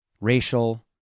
Racial